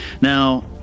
Now